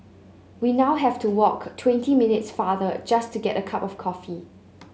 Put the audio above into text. we now have to walk twenty minutes farther just to get a cup of coffee